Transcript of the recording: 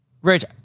Rich